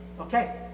Okay